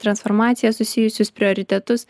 transformacija susijusius prioritetus